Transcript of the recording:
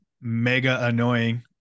mega-annoying